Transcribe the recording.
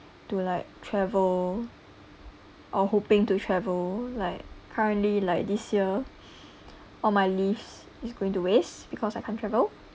to like travel or hoping to travel like currently like this year all my leaves is going to waste because I can't travel